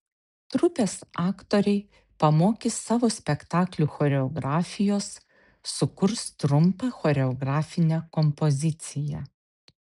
trupės aktoriai pamokys savo spektaklių choreografijos sukurs trumpą choreografinę kompoziciją